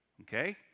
okay